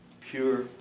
pure